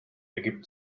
ergibt